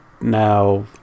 now